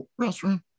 restroom